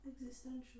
Existential